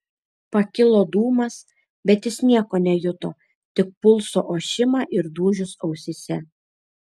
pakilo dūmas bet jis nieko nejuto tik pulso ošimą ir dūžius ausyse